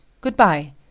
Goodbye